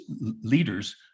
leaders